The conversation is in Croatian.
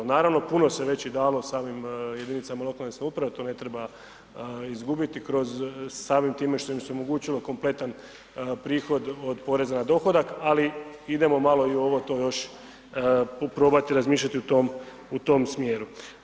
Naravno puno se već i dalo samim jedinicama lokalne samouprave, to ne treba izgubiti kroz, samim time što im se omogućilo kompletan prihod od poreza na dohodak, ali idemo malo i ovo to još probati razmišljati u tom, u tom smjeru.